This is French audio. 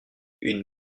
une